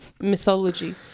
Mythology